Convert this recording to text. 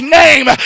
name